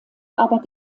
aber